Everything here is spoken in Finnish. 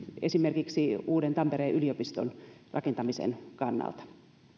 esimerkiksi uuden tampereen yliopiston rakentamisen kannalta